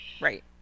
right